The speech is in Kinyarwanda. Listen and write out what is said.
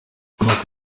mark